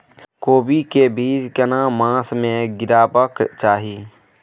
कोबी के बीज केना मास में गीरावक चाही?